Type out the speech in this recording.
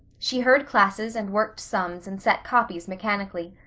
she heard classes and worked sums and set copies mechanically.